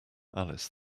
alice